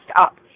up